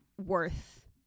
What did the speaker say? worth